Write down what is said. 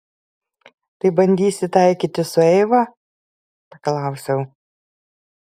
tai bandysi taikytis su eiva paklausiau